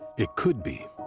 it could be,